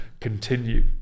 continue